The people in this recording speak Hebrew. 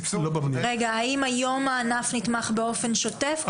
האם היום הענף נתמך באופן שוטף?